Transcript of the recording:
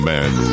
Man